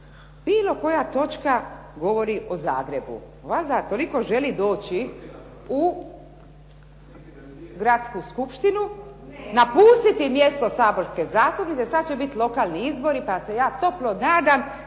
bilo koja točka govori o Zagrebu. Valjda toliko želi doći u Gradsku skupštinu, napustiti mjesto saborske zastupnice. Sad će biti lokalni izbori pa se ja toplo nadam